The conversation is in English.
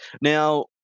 Now